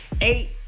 eight